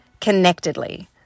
connectedly